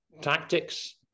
tactics